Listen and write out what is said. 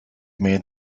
made